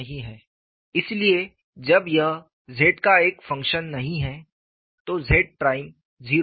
इसलिए जब यह Z का एक फंक्शन नहीं है तो Z प्राइम 0 है